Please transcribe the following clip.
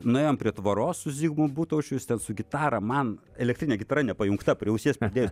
nuėjom prie tvoros su zigmu butaučiu jis ten su gitara man elektrine gitara nepajungta prie ausies pridėjus